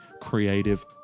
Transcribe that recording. creative